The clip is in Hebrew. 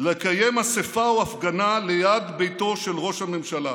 לקיים אספה או הפגנה ליד ביתו של ראש הממשלה.